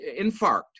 infarct